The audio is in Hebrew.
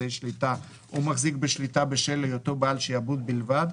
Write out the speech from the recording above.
אמצעי שליטה או מחזיק בשליטה בשל היותו בעל שעבוד בלבד,